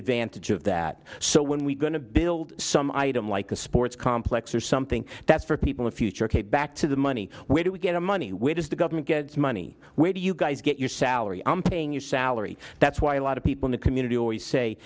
advantage of that so when we going to build some item like a sports complex or something that's for people a future ok back to the money where do we get our money where does the government money where do you guys get your salary i'm paying your salary that's why a lot of people in the community always say